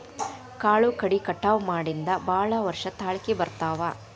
ಕಾಳು ಕಡಿ ಕಟಾವ ಮಾಡಿಂದ ಭಾಳ ವರ್ಷ ತಾಳಕಿ ಬರ್ತಾವ